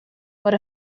what